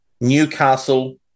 Newcastle